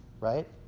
right